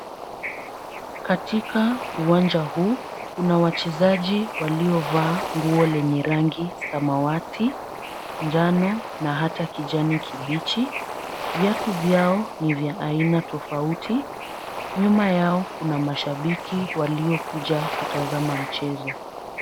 Katika uwanja huu kuna wachezaji waliovaa nguo lenye rangi samawati, njano na hata kijani kibichi. Viatu vyao ni vya aina tofauti. Nyuma yao kuna mashabiki waliokuja kutazama mchezo.